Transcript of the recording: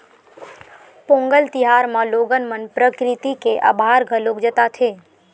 पोंगल तिहार म लोगन मन प्रकरिति के अभार घलोक जताथे